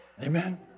Amen